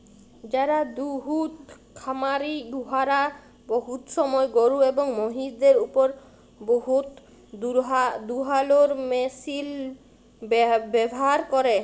যারা দুহুদ খামারি উয়ারা বহুত সময় গরু এবং মহিষদের উপর দুহুদ দুয়ালোর মেশিল ব্যাভার ক্যরে